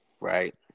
right